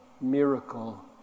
miracle